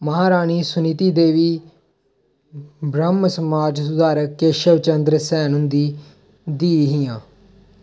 महारानी सुनीति देवी ब्रह्म समाज सुधारक केशव चंद्र सेन हुंदी धीऽ हियां